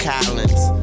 Collins